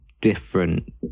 different